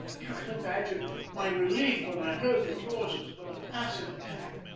you can imagine my relief when i heard that yours was but a passing attack.